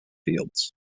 fields